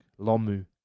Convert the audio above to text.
Lomu